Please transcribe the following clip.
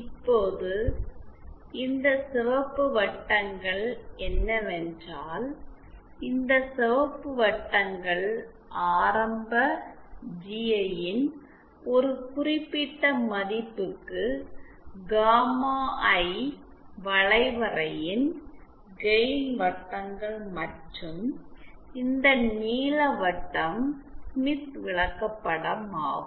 இப்போது இந்த சிவப்பு வட்டங்கள் என்னவென்றால் இந்த சிவப்பு வட்டங்கள் ஆரம்ப ஜிஐயின் ஒரு குறிப்பிட்ட மதிப்புக்கு காமா ஐ வளைவரையின் கெயின் வட்டங்கள் மற்றும் இந்த நீல வட்டம் ஸ்மித் விளக்கப்படமாகும்